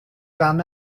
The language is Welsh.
dan